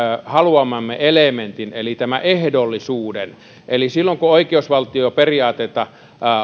haluamamme elementin eli tämän ehdollisuuden eli silloin kun oikeusvaltioperiaatetta